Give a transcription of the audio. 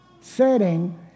setting